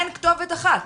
אין כתובת אחת.